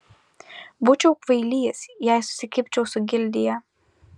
būčiau kvailys jei susikibčiau su gildija